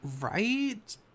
Right